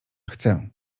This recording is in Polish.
chcę